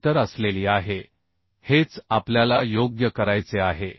अंतर असलेली आहे हेच आपल्याला योग्य करायचे आहे